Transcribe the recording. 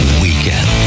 weekend